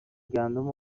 گندم